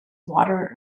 water